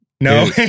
No